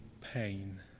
pain